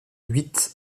huit